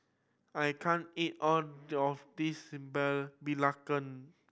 I can't eat all of this belacan